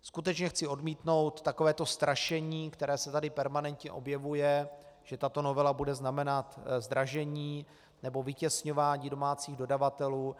Skutečně chci odmítnout takové to strašení, které se tady permanentně objevuje, že tato novela bude znamenat zdražení nebo vytěsňování domácích dodavatelů.